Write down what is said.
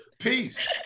Peace